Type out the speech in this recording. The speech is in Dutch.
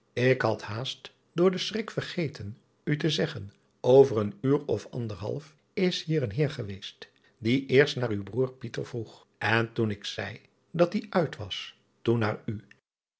k had haast door den schrik vergeten u te zeggen over een uur of anderhalf is hier een eer geweest die eerst naar uw broêr vroeg en toen ik zeî dat die uit was toen naar u